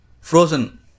frozen